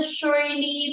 surely